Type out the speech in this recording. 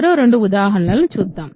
మరో రెండు ఉదాహరణలను చూద్దాం